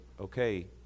okay